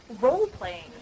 role-playing